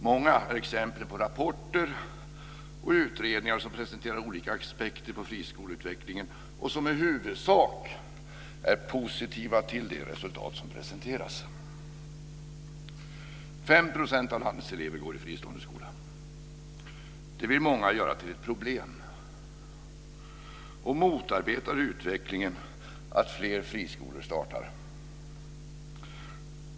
Många är exemplen på rapporter och utredningar som presenterar olika aspekter på friskoleutvecklingen och som i huvudsak är positiva till de resultat som presenteras. Det vill många göra till ett problem och motarbetar utvecklingen att fler friskolor startar.